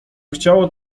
chciało